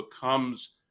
becomes